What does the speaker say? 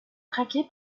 traqué